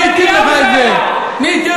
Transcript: הרב